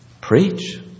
Preach